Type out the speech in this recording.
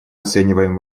оцениваем